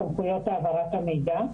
תכניות העברת המידע.